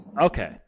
Okay